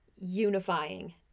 unifying